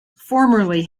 formerly